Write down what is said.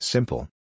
Simple